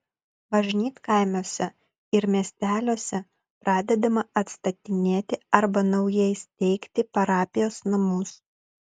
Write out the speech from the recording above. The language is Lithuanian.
bažnytkaimiuose ir miesteliuose pradedama atstatinėti arba naujai steigti parapijos namus